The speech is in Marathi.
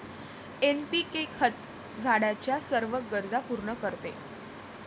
एन.पी.के खत झाडाच्या सर्व गरजा पूर्ण करते